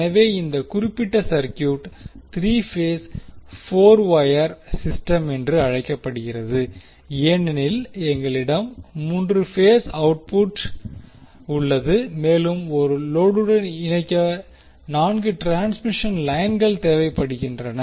எனவே இந்த குறிப்பிட்ட சர்க்யூட் 3 பேஸ் 4 வொயர் சிஸ்டம் என்று அழைக்கப்படுகிறது ஏனெனில் எங்களிடம் 3 பேஸ் அவுட்புட் உள்ளது மேலும் லோடுடன் இணைக்க 4 ட்ரான்ஸ்மிஷன் லைன்கள் தேவைப்படுகின்றன